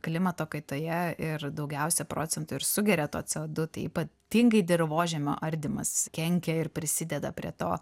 klimato kaitoje ir daugiausia procentų ir sugeria to co du tai ypatingai dirvožemio ardymas kenkia ir prisideda prie to